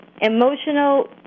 emotional